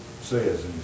says